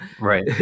Right